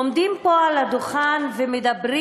עומדים פה על הדוכן ומדברים,